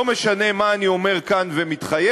לא משנה מה אני אומר כאן ומתחייב,